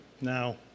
Now